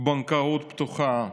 בנקאות פתוחה,